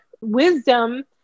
wisdom